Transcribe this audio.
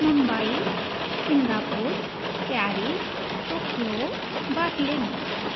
Mumbai Singapore Paris Tokyo Berlin